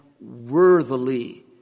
worthily